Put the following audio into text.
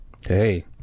hey